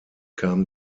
kam